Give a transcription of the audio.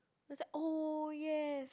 I was like oh yes